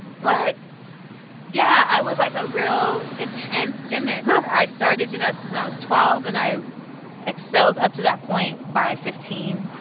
but yeah, i was, like, a real intense gymnast. i started gymnastics when and i was twelve, and i excelled up to that point by fifteen.